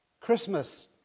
Christmas